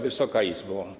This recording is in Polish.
Wysoka Izbo!